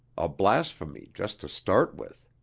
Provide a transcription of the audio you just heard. a blasphemy just to start with.